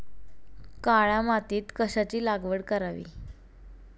काळ्या मातीत कशाची लागवड करावी?